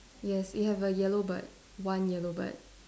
yes it have a yellow bird one yellow bird